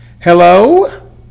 Hello